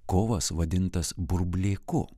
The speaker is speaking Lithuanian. kovas vadintas burblėku